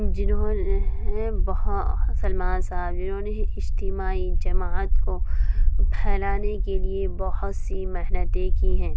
جنہوں نے بہت سلمان صاحب جنہوں نے اجتماعی جماعت کو پھیلانے کے لیے بہت سی محنتیں کی ہیں